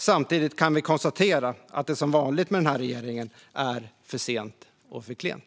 Samtidigt kan vi konstatera att det som vanligt med den här regeringen är för sent och för klent.